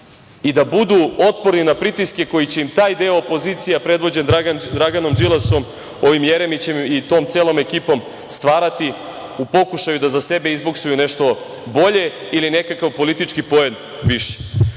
i da budu otporni na pritiske koji će im taj deo opozicije, predvođenDraganom Đilasom, ovim Jeremićem i tom celom ekipom, stvarati u pokušaju da za sebe izboksuju nešto bolje ili nekakav politički poen više.Za